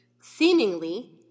seemingly